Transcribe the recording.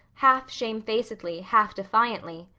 half shamefacedly, half defiantly,